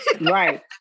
right